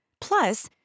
Plus